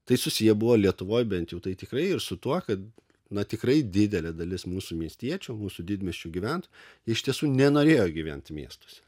tai susiję buvo lietuvoj bent jau tai tikrai ir su tuo kad na tikrai didelė dalis mūsų miestiečių mūsų didmiesčių gyventojai iš tiesų nenorėjo gyventi miestuose